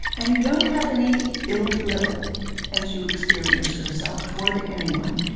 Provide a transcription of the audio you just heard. and you don't have any ill will as you experience yourself toward anyone,